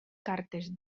cartes